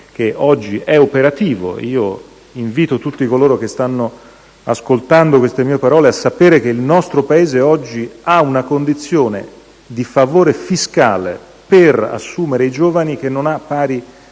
che oggi è operativo. Invito tutti coloro che stanno ascoltando queste mie parole a notare che il nostro Paese oggi ha una condizione di favore fiscale per assumere i giovani che non ha pari